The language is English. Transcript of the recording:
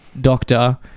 doctor